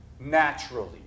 naturally